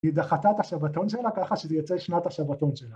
היא דחתה את השבתון שלה ככה שזה ייצא שנת השבתון שלה